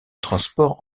transports